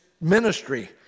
ministry